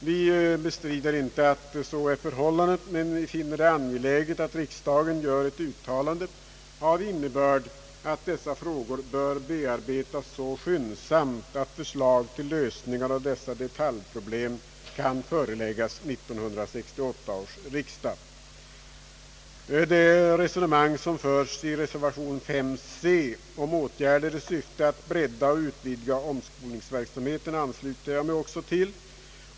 Vi bestrider inte att så är förhållandet, men vi finner det angeläget att riksdagen gör ett uttalande av innebörd att dessa frågor bör bearbetas så skyndsamt att förslag till lösning av dessa detaljproblem kan föreläggas 1968 års riksdag. Jag ansluter mig också till det resonemang som föres i reservation c vid punkten 5 om åtgärder i syfte att bredda och utvidga omskolningsverksamheten.